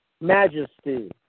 Majesty